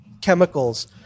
chemicals